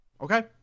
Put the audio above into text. Okay